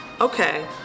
okay